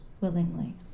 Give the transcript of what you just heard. willingly